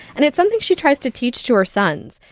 and it's something she tries to teach to her sons.